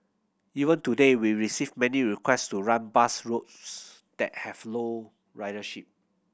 even today we receive many request to run bus routes that have low ridership